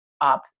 up